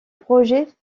projet